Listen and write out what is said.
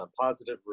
positive